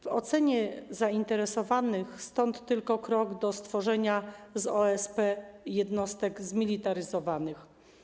W ocenie zainteresowanych stąd tylko krok do stworzenia z OSP jednostek zmilitaryzowanych.